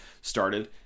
started